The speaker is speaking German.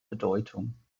bedeutung